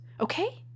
okay